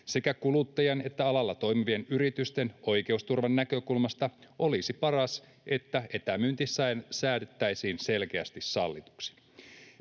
Sekä kuluttajan että alalla toimivien yritysten oikeusturvan näkökulmasta olisi paras, että etämyynti säädettäisiin selkeästi sallituksi.